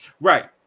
Right